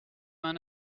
vingt